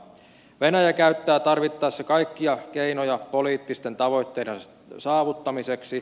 venäjä käyttää tarvittaessa kaikkia keinoja poliittisten tavoitteiden saavuttamiseksi